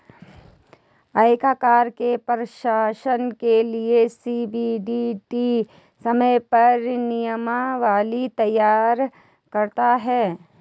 आयकर के प्रशासन के लिये सी.बी.डी.टी समय समय पर नियमावली तैयार करता है